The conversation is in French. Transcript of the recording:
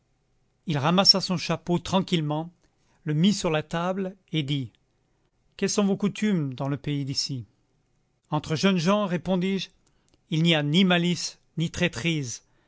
il ramassa son chapeau tranquillement le mit sur la table et dit quelles sont vos coutumes dans le pays d'ici entre jeunes gens répondis-je il n'y a ni malice ni